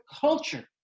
culture